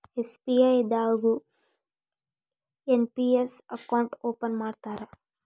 SBI ದಾಗು NPS account open ಮಾಡ್ತಾರಾ